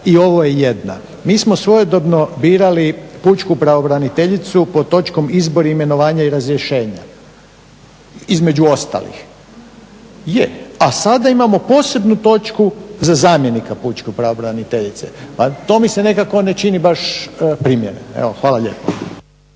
i ovo je jedna. Mi smo svojedobno birali pučku pravobraniteljicu pod točkom Izbor, imenovanja i razrješenja, između ostalih, a sada imamo posebnu točku za zamjenika pučke pravobraniteljice. To mi se nekako ne čini baš primjereno. Hvala lijepo.